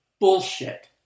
bullshit